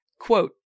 Quote